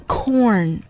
Corn